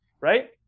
right